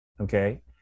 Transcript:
okay